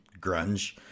grunge